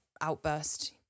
outburst